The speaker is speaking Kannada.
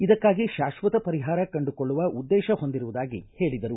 ಇದಕ್ಕಾಗಿ ಶಾಶ್ವತ ಪರಿಹಾರ ಕಂಡುಕೊಳ್ಳುವ ಉದ್ದೇತ ಹೊಂದಿರುವುದಾಗಿ ಹೇಳಿದರು